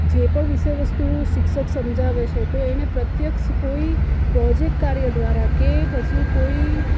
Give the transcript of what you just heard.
જે પણ વિષય વસ્તુઓ શિક્ષક સમજાવે છે તો એને પ્રત્યક્ષ કોઈ પ્રોજેક્ટ કાર્ય દ્વારા કે પછી કોઈ